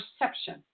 perception